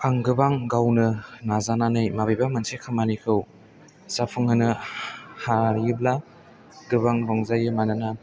आं गोबां गावनो नाजानानै बबेबा मोनसे खामानिखौ जाफुंहोनो हायोब्ला गोबां रंजायो मानोना